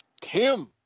Tim